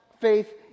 faith